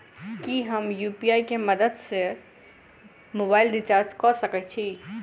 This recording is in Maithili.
की हम यु.पी.आई केँ मदद सँ मोबाइल रीचार्ज कऽ सकैत छी?